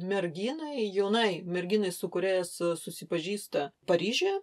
merginai jaunai merginai su kuria jis susipažįsta paryžiuje